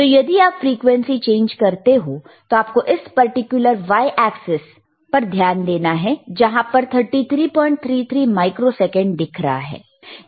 तो यदि आप फ्रीक्वेंसी चेंज करते हो तो आपको इस पर्टिकुलर y एक्सीस ध्यान देना है जहां पर 3333 माइक्रोसेकंड दिखा रहा है